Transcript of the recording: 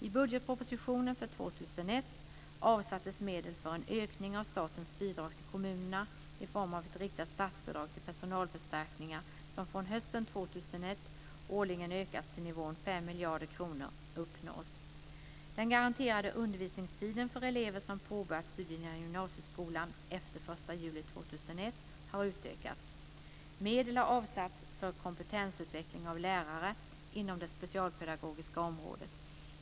I budgetpropositionen för 2001 avsattes medel för en ökning av statens bidrag till kommunerna i form av ett riktat statsbidrag till personalförstärkningar som från hösten juli 2001 har utökats. Medel har avsatts för kompetensutveckling av lärare inom det specialpedagogiska området.